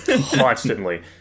constantly